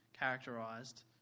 characterized